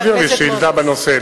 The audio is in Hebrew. אתה יכול להעביר לי שאילתא בנושא.